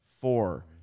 four